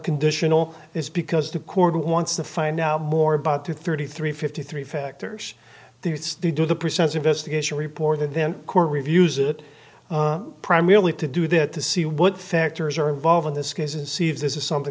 conditional is because the court wants to find out more about two thirty three fifty three factors there it's to do the percents investigation report and then court reviews it primarily to do that to see what factors are involved in this case and see if this is something